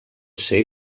ser